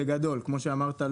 בגדול כמו שאמרת,